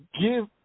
give